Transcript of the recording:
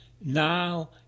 Now